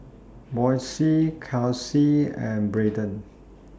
Boysie Kelsie and Braedon